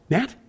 Nat